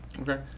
Okay